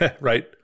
Right